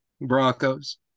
Broncos